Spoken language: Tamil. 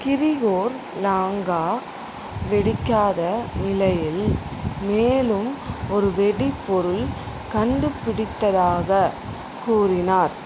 கிரிகோர் லாங்கா வெடிக்காத நிலையில் மேலும் ஒரு வெடிபொருள் கண்டுபிடித்ததாகக் கூறினார்